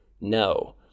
no